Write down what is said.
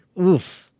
Oof